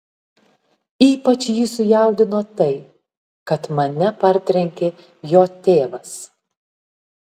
ypač jį sujaudino tai kad mane partrenkė jo tėvas